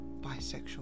bisexual